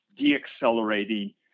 deaccelerating